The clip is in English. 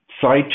side